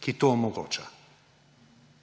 ki to omogoča.